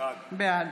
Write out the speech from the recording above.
בעד